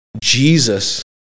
Jesus